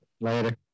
Later